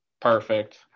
Perfect